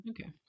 Okay